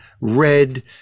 red